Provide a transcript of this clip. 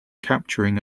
capturing